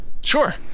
sure